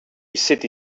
city